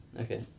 okay